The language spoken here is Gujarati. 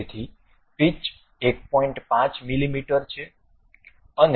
તેથી પિચ 1